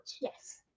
Yes